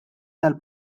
tal